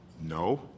no